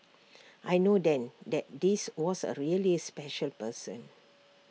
I know then that this was A really special person